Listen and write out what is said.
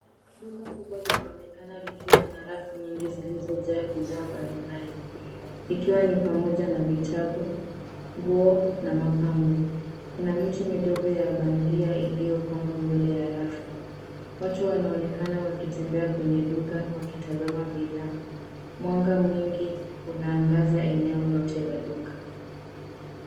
Duka kubwa linonekana likiwa na rafu nyingi zilizojaa bidhaa mbalimbali ikiwa ni pamoja na vitabu, nguo na mapambo. Kuna miti midogo ya bandia iliyopangwa mbele ya rafu. Watu wanaonekana wakitembea kwenye duka wakitazama bidhaa. Mwanga mwingi unaangaza eneo lote la duka.